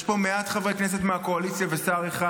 יש פה מעט חברי כנסת מהקואליציה ושר אחד